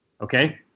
Okay